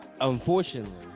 unfortunately